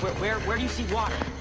but where where do you see water?